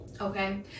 okay